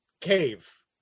cave